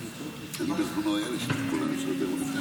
לדבר איתו על התיירות בבני